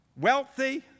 wealthy